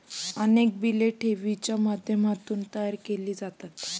अनेक बिले ठेवींच्या माध्यमातून तयार केली जातात